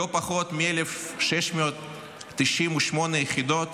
לא פחות מ-1,698 יחידות,